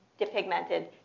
depigmented